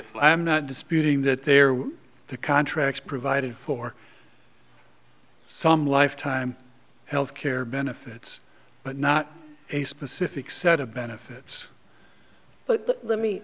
feel i'm not disputing that there were the contracts provided for some lifetime health care benefits but not a specific set of benefits but let me